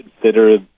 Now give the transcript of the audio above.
Consider